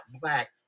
black